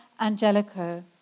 Angelico